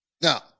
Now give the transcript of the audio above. Now